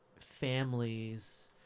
families